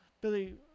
Billy –